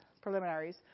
preliminaries